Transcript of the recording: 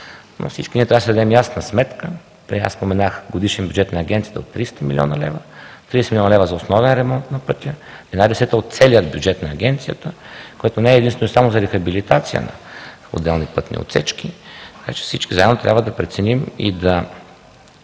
Всички ние трябва да си дадем ясна сметка – споменах годишен бюджет на Агенцията от 300 млн. лв., 30 млн. лв. за основен ремонт на пътя – една десета от целия бюджет на Агенцията, която не е единствено и само за рехабилитация на отделни пътни отсечки. Така че всички заедно трябва да преценим и да